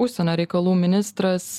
užsienio reikalų ministras